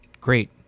great